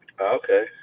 Okay